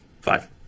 five